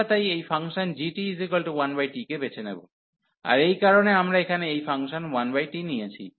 আমরা তাই এই ফাংশন gt1t কে বেছে নেব আর এই কারণেই আমরা এখানে এই ফাংশন 1t নিয়েছি